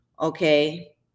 okay